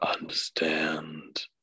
Understand